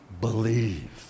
believe